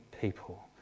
people